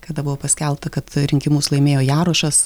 kada buvo paskelbta kad rinkimus laimėjo jarušas